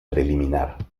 preliminar